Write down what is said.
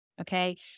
Okay